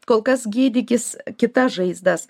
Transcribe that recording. kol kas gydykis kitas žaizdas